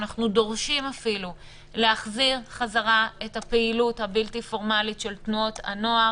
אנחנו אפילו דורשים להחזיר את הפעילות הבלתי פורמלית של תנועות הנוער.